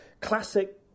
classic